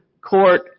court